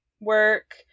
work